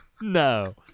no